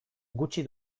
gutxi